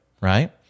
right